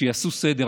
שיעשו סדר.